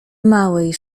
małej